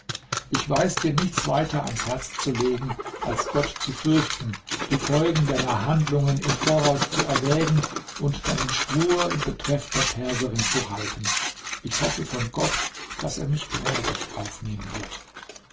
ich weiß dir nichts weiter ans herz zu legen als gott zu fürchten die folgen deiner handlungen im voraus zu erwägen und deinen schwur in betreff der perserin zu halten ich hoffe von gott daß er mich gnädig aufnehmen wird